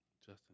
Justin